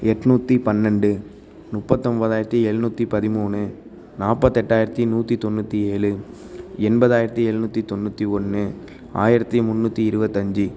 எட்நூற்றி பன்னெண்டு முப்பத்தொம்போதாயிரத்தி எழுநூத்தி பதிமூணு நாற்பத்தெட்டாயிரத்தி நூற்றி தொண்ணூற்றி ஏழு எண்பதாயிரத்து எழுநூற்றி தொண்ணூற்றி ஒன்று ஆயிரத்து முந்நூற்றி இருபத்தஞ்சி